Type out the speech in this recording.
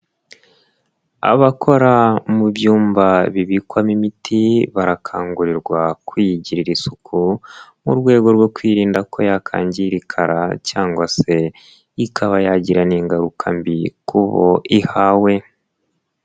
Abakora mu byumba bibikwamo imiti barakangurirwa kuyigirira isuku, mu rwego rwo kwirinda ko yakangirikara cyangwa se ikaba yagira ingaruka mbi ku bo ihawe.